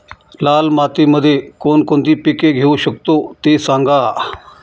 लाल मातीमध्ये कोणकोणती पिके घेऊ शकतो, ते सांगा